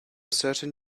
certain